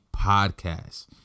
podcast